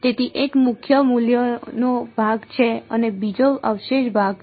તેથી એક મુખ્ય મૂલ્યનો ભાગ છે અને બીજો અવશેષ ભાગ છે